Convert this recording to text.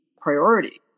priority